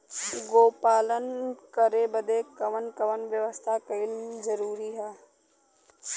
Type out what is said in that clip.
गोपालन करे बदे कवन कवन व्यवस्था कइल जरूरी ह?